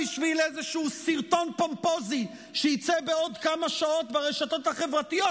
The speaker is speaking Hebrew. בשביל איזשהו סרטון פומפוזי שיצא בעוד כמה שעות ברשתות החברתיות,